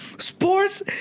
Sports